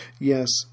Yes